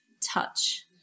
touch